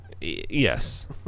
yes